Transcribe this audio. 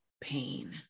pain